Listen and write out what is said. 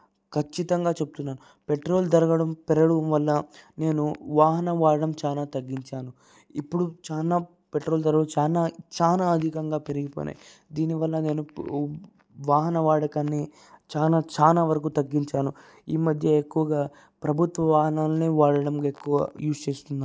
ఖచ్చితంగా చెబుతున్నాను పెట్రోల్ తరగడం పెరగడం వల్ల నేను వాహనం వాడడం చాలా తగ్గించాను ఇప్పుడు చాలా పెట్రోల్ ధరలు చాలా చాలా అధికంగా పెరిగుతున్నాయి దీనివల్ల నేను వాహన వాడకాన్ని చాలా చాలా వరకు తగ్గించాను ఈ మధ్య ఎక్కువగా ప్రభుత్వ వాహనాలని వాడడం ఎక్కువ యూస్ చేస్తున్నాను